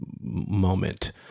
moment